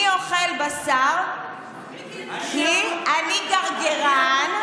אני אוכל בשר כי אני גרגרן,